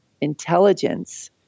intelligence